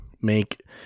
make